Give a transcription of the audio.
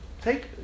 Take